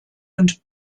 und